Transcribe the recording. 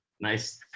nice